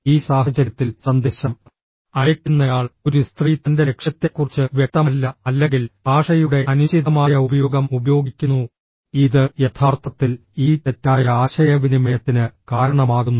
ഈ സാഹചര്യത്തിൽ സന്ദേശം അയയ്ക്കുന്നയാൾ ഒരു സ്ത്രീ തന്റെ ലക്ഷ്യത്തെക്കുറിച്ച് വ്യക്തമല്ല അല്ലെങ്കിൽ ഭാഷയുടെ അനുചിതമായ ഉപയോഗം ഉപയോഗിക്കുന്നു ഇത് യഥാർത്ഥത്തിൽ ഈ തെറ്റായ ആശയവിനിമയത്തിന് കാരണമാകുന്നു